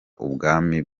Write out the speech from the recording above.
ubwami